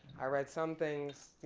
i read some things,